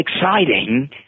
exciting